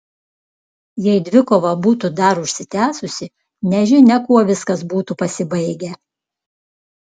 jei dvikova būtų dar užsitęsusi nežinia kuo viskas būtų pasibaigę